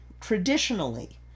traditionally